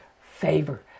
favor